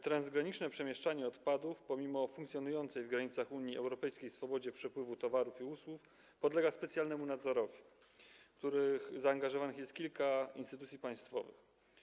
Transgraniczne przemieszczanie odpadów pomimo funkcjonującej w granicach Unii Europejskiej swobody przepływu towarów i usług podlega specjalnemu nadzorowi, w który zaangażowanych jest kilka instytucji państwowych.